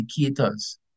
indicators